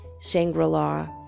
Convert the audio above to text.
Shangri-la